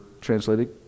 translated